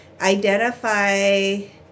Identify